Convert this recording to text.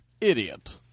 Idiot